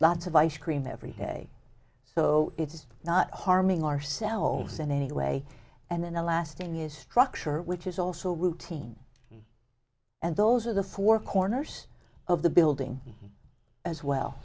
lots of ice cream every day so it's not harming ourselves in any way and then the last thing is structure which is also routine and those are the four corners of the building as well